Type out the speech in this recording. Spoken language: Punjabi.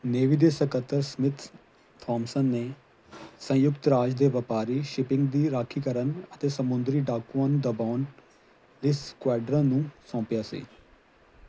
ਨੇਵੀ ਦੇ ਸਕੱਤਰ ਸਮਿਥ ਥੌਮਸਨ ਨੇ ਸੰਯੁਕਤ ਰਾਜ ਦੇ ਵਪਾਰੀ ਸ਼ਿਪਿੰਗ ਦੀ ਰਾਖੀ ਕਰਨ ਅਤੇ ਸਮੁੰਦਰੀ ਡਾਕੂਆਂ ਨੂੰ ਦਬਾਉਣ ਲਈ ਸਕੁਐਡਰਨ ਨੂੰ ਸੌਂਪਿਆ ਸੀ